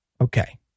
Okay